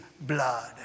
blood